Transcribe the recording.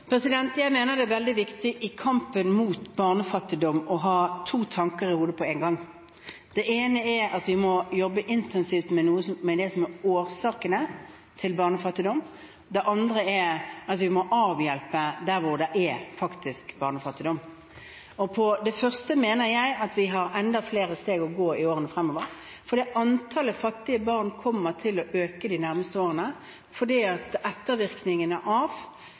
Jeg mener at det i kampen mot barnefattigdom er veldig viktig å ha to tanker i hodet på en gang. Det ene er at vi må jobbe intensivt med det som er årsakene til barnefattigdom, det andre er at vi må avhjelpe der hvor det faktisk er barnefattigdom. Når det gjelder det første, mener jeg at vi har enda flere steg å gå i årene fremover, for antallet fattige barn kommer til å øke de nærmeste årene fordi ettervirkningene av